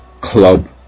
club